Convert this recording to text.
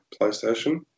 PlayStation